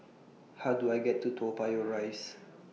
How Do I get to Toa Payoh Rise